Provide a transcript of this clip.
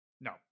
No